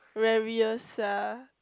leviosa